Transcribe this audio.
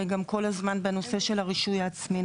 הרי גם כל הזמן בנושא של הרישוי העצמי,